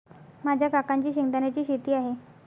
माझ्या काकांची शेंगदाण्याची शेती आहे